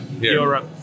Europe